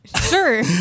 Sure